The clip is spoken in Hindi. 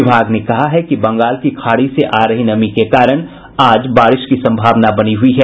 विभाग ने कहा है कि बंगाल की खाड़ी से आ रही नमी के कारण आज बारिश की सम्भावना बनी हुई है